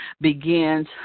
begins